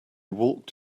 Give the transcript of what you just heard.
walked